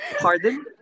Pardon